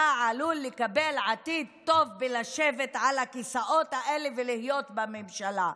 אתה עלול לקבל עתיד טוב בלשבת על הכיסאות האלה ולהיות בממשלה,